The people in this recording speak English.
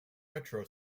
retro